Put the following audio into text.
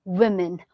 women